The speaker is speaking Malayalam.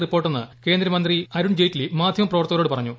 റിപ്പോർട്ടെന്ന് കേന്ദ്രമന്ത്രി അരുൺ ജെയ്റ്റ്ലി മാധ്യമ പ്രവർത്തകരോട് പറഞ്ഞു